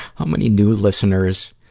how many new listeners,